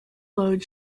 load